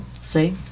See